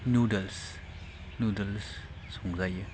noodles noodles संजायो